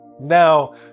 Now